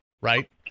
right